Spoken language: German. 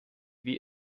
wie